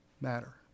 matter